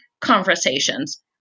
conversations